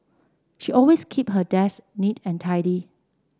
she always keep her desk neat and tidy